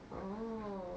oh